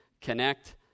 connect